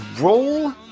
roll